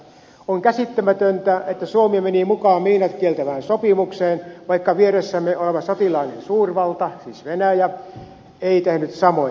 on käsittämätöntä että suomi meni mukaan miinat kieltävään sopimukseen vaikka vieressämme oleva sotilaallinen suurvalta siis venäjä ei tehnyt samoin